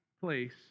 place